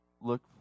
look